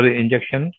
injection